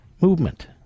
movement